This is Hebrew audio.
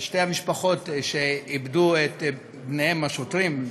שתי המשפחות שאיבדו את בניהן השוטרים,